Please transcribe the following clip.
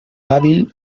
hábil